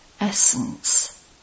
Essence